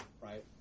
right